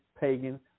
pagan